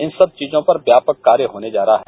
इन सब चीजों पर व्यापक कार्य होने जा रहा है